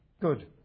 good